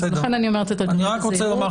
לכן אני אומרת את הדברים בזהירות.